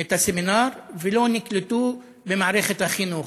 את הסמינר, ולא נקלטו במערכת החינוך.